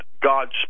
God's